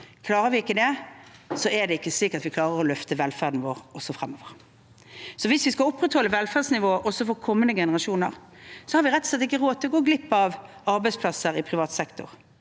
Klarer vi ikke det, er det ikke sikkert vi klarer å løfte velferden vår også fremover. Hvis vi skal opprettholde velferdsnivået også for kommende generasjoner, har vi rett og slett ikke råd til å gå glipp av arbeidsplasser i privat sektor.